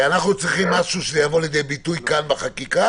אנחנו צריכים משהו שזה יבוא לידי ביטוי כאן בחקיקה?